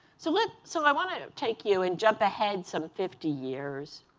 so like so i want to take you and jump ahead some fifty years